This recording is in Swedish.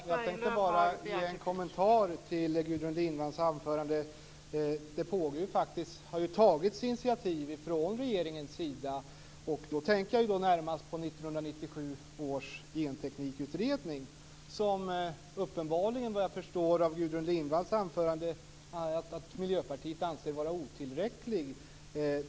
Fru talman! Jag har en kommentar till Gudrun Lindvalls anförande. Det har tagits initiativ av regeringen, och då tänker jag närmast på 1997 års genteknikutredning. Såvitt jag förstår av Gudrun Lindvalls anförande anser Miljöpartiet den utredningen vara otillräcklig.